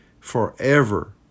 forever